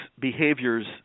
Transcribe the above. behaviors